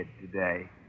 today